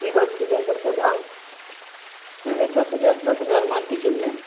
दस सिलेन्डर का दाम अरे दस हज़ार दस हज़ार मान कर चलिए